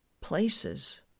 places